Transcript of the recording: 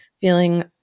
feeling